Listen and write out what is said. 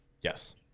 Yes